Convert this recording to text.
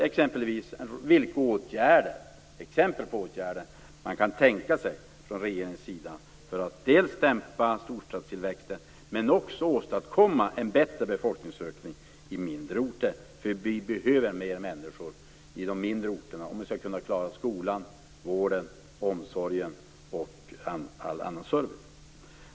Vilka exempel på åtgärder kan man från regeringens sida tänka sig dels för att dämpa storstadstillväxten, dels för att åstadkomma en bättre befolkningsökning i mindre orter?